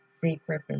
secret